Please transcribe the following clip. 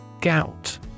Gout